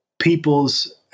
people's